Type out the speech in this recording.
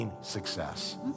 success